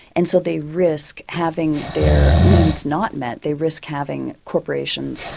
and so they risk having their needs not met. they risk having corporations,